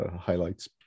highlights